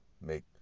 make